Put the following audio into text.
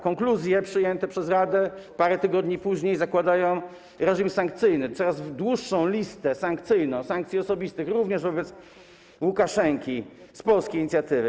Konkluzje przyjęte przez Radę parę tygodni później zakładają reżim sankcyjny, coraz dłuższą listę sankcyjną, listę sankcji osobistych, również wobec Łukaszenki, z polskiej inicjatywy.